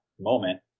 moment